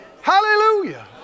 Hallelujah